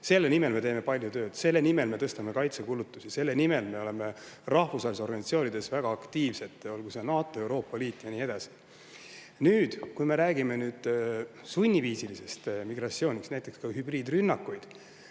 Selle nimel me teeme palju tööd. Selle nimel me tõstame kaitsekulutusi, selle nimel me oleme rahvusvahelistes organisatsioonides väga aktiivsed, olgu see NATO, Euroopa Liit või [muu organisatsioon.] Nüüd, kui me räägime sunniviisilisest migratsioonist, näiteks hübriidrünnakutest